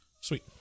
sweet